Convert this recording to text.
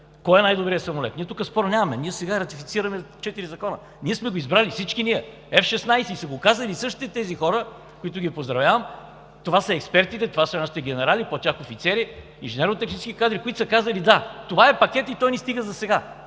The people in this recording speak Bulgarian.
кой е най-добрият самолет. Ние тук спор нямаме. Ние сега ратифицираме четири закона. Ние всички сме го избрали – F-16, и са го казали същите тези хора, които поздравявам! Това са експертите, това са нашите генерали, под тях – офицери, инженерно-технически кадри, които са казали: „Да, това е пакет и той ни стига засега.“